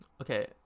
Okay